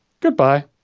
Goodbye